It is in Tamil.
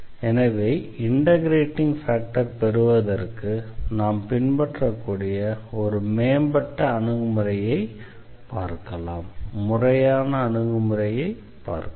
எனவே இண்டெக்ரேட்டிங் ஃபேக்டரை பெறுவதற்கு நாம் பின்பற்றக்கூடிய ஒரு மேம்பட்ட முறையான அணுகுமுறையை பார்க்கலாம்